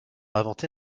inventer